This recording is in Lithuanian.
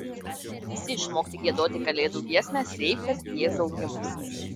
galime ir visi išmokti giedoti kalėdų giesmę sveikas jėzau gimusis